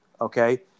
Okay